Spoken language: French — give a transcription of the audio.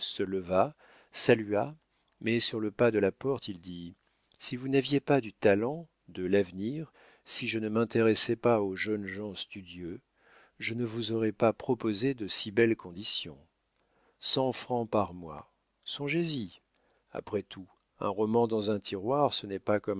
se leva salua mais sur le pas de la porte il dit si vous n'aviez pas du talent de l'avenir si je ne m'intéressais pas aux jeunes gens studieux je ne vous aurais pas proposé de si belles conditions cent francs par mois songez-y après tout un roman dans un tiroir ce n'est pas